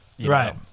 Right